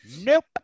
Nope